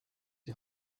die